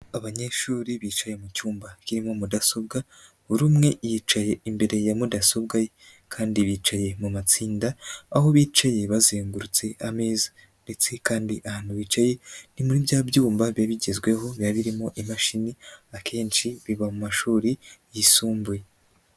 Abanyeshuri bicaye mu cyumba kirimo mudasobwa buri umwe yicaye imbere ya mudasobwa ye kandi bicaye mu matsinda aho bicaye bazengurutse ameza ndetse kandi ahantu bicaye ni muri bya byumba biba bigezweho biba birimo imashini, akenshi biba mu mashuri yisumbuye.